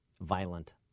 violent